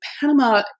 Panama